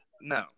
No